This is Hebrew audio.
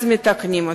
אז מתקנים אותו,